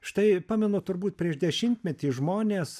štai pamenu turbūt prieš dešimtmetį žmonės